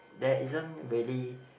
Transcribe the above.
that isn't really